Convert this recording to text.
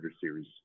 Series